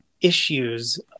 issues